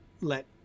let